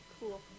Cool